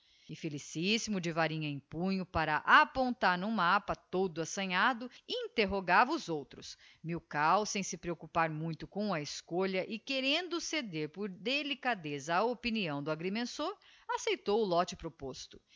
felicissimo de varinha em punho para apontar no mappa todo assanhado interrogava os outros milkau sem se preoccupar muito com a escolha e querendo ceder por delicadeza á opinião do agrimensor acceitou o lote proposto